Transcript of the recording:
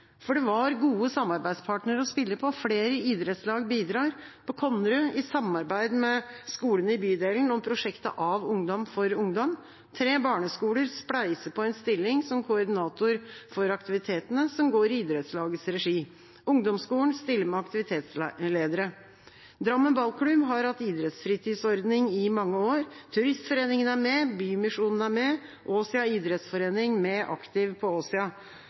for det var gode samarbeidspartnere å spille på. Flere idrettslag bidrar – på Konnerud i samarbeid med skolene i bydelen om prosjektet «Av ungdom for ungdom». Tre barneskoler spleiser på en stilling som koordinator for aktivitetene, som går i idrettslagets regi. Ungdomsskolen stiller med aktivitetsledere. Drammens Ballklubb har hatt idrettsfritidsordning i mange år. Turistforeningen er med, Bymisjonen er med og Åssiden Idrettsforening er med, med «Aktiv på